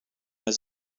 his